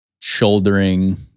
shouldering